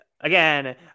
again